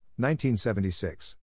1976